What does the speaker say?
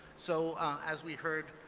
so as we heard,